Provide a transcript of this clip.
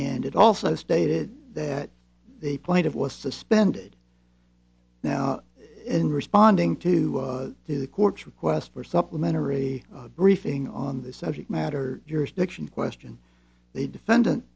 and it also stated that the point of was suspended now in responding to to the court's request for supplementary briefing on this subject matter jurisdiction question the defendant